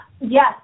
yes